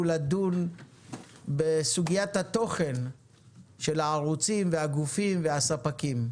לדון בסוגיית התוכן של הערוצים והגופים והספקים.